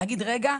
להגיד רגע,